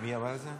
מי אמר את זה?